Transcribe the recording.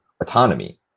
autonomy